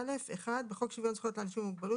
"חוק שוויון זכויות לאנשים עם מוגבלות